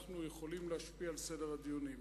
שבו אנחנו יכולים להשפיע על סדר הדיונים.